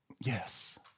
yes